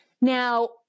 Now